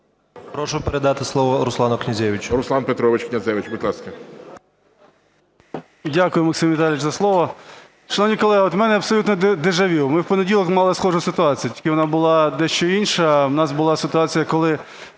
Прошу передати слово Руслану Князевичу.